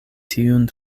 tiun